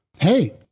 hey